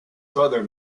father